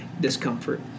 Discomfort